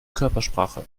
körpersprache